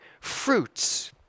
fruits